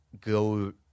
go